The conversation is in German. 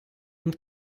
und